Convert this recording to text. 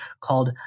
called